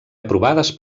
aprovades